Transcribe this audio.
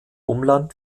umland